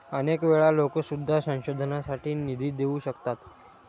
अनेक वेळा लोकं सुद्धा संशोधनासाठी निधी देऊ शकतात